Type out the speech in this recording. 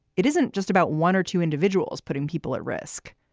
it isn't just about one or two individuals putting people at risk.